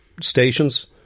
stations